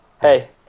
hey